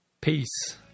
peace